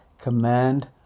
command